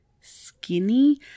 skinny